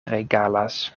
regalas